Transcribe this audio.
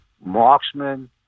marksman